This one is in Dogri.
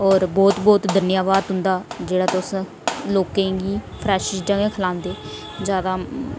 और बहुत बहुत घन्याबाद तुं'दा जेहड़ा तुस लोकें गी फ्रैश चीजां गै खलांदे ज्यादा